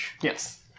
Yes